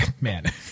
man